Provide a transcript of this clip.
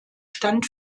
stand